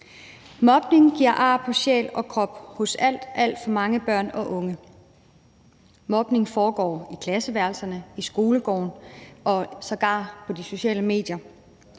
Mobning giver ar på sjæl og krop hos alt, alt for mange børn og unge. Mobning foregår i klasseværelserne, i skolegården og sågar på de sociale medier.